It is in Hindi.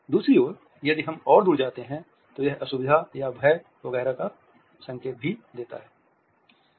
दूसरी ओर यदि हम और दूर जाते हैं तो यह असुविधा या भय वगैरह का संकेत भी देता है